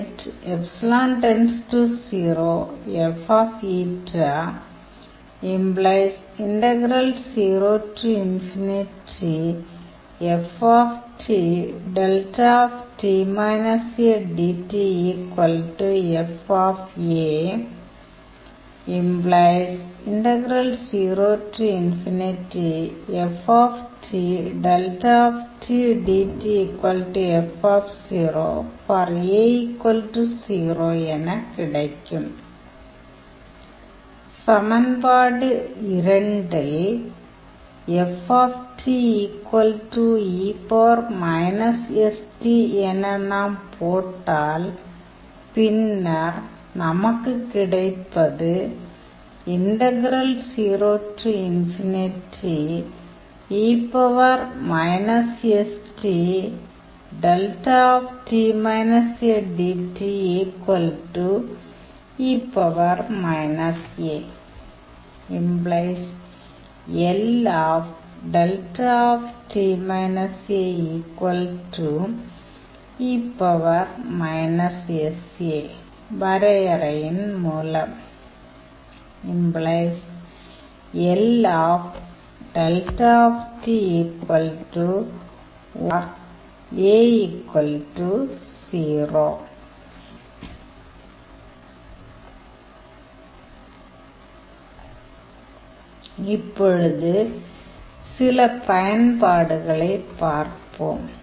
நாம் சமன்பாடு - இல் என போட்டால் பின்னர் நமக்குக் கிடைப்பது வரையறையின் மூலம் இப்பொழுது சில பயன்பாடுகளைப் பார்ப்போம்